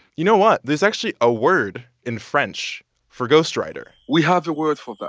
you know what? there's actually a word in french for ghostwriter we have a word for that.